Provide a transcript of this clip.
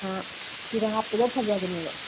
ꯑꯥ ꯆꯨꯔꯥ ꯍꯥꯞꯄꯗꯣ ꯐꯖꯕꯅꯦꯕ